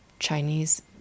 Chinese